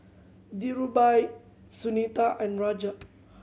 Dhirubhai Sunita and Raja